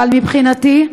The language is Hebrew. אבל מבחינתי,